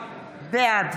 בעד